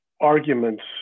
arguments